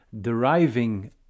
deriving